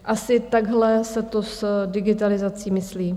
Asi takhle se to s digitalizací myslí.